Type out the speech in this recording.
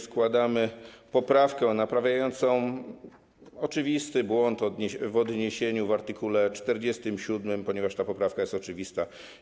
Składamy poprawkę naprawiającą oczywisty błąd w odniesieniu w art. 47, ponieważ ta poprawka jest oczywista.